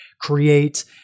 create